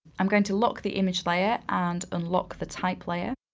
i'm going to lock the image layer and unlock the type layer.